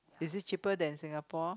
is it cheaper than Singapore